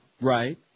Right